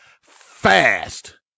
Fast